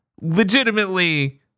legitimately